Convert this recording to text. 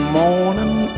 morning